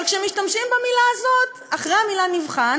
אבל כשמשתמשים במילה הזאת אחרי המילה "נבחן",